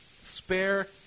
spare